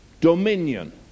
dominion